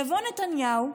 יבוא נתניהו,